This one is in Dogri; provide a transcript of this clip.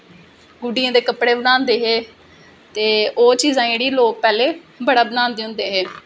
गुड्डियें दे कपड़े बनांदे हे ते ओह् चीज़ां लोग जेह्ड़े पैह्लें बड़ा बनांदे होंदे हे